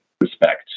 respect